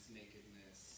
nakedness